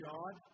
God